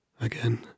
again